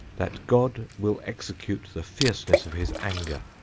that god will execute the fierceness of his anger,